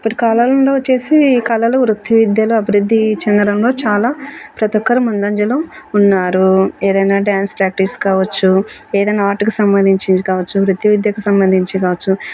ఇప్పటి కాలంలో వచ్చేసి కళలు వృత్తి విద్యలు అభివృద్ధి చెందడంలో చాలా ప్రతి ఒక్కరు ముందంజలో ఉన్నారు ఏదైనా డ్యాన్స్ ప్రాక్టీస్ కావచ్చు ఏదైనా ఆటుకు సంబంధించింది కావచ్చు వృత్తి విద్యకు సంబంధించి కావచ్చు